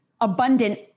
abundant